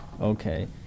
Okay